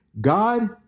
God